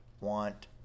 want